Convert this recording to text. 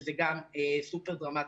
שגם זה סופר דרמטי.